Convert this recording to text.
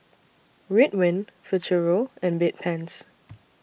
Ridwind Futuro and Bedpans